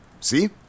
See